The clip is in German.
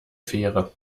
fähre